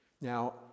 now